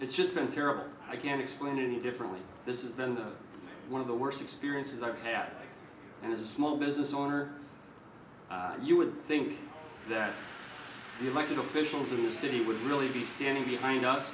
it's just been terrible i can't explain it any differently this is than the one of the worst experiences i've had and as a small business owner you would think that the elected officials of the city would really be standing behind us